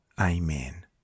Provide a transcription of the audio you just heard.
Amen